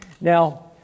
Now